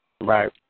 Right